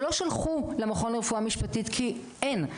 שלא שלחו למכון לרפואה המשפטית כי אין.